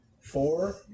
Four